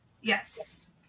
yes